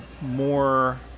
more